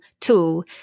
tool